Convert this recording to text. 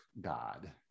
god